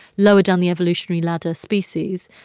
lower-down-the-evolutionary-ladder species,